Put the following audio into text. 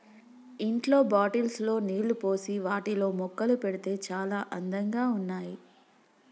ఇంట్లో బాటిల్స్ లో నీళ్లు పోసి వాటిలో మొక్కలు పెడితే చాల అందంగా ఉన్నాయి